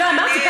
סער, לשבועיים.